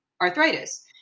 arthritis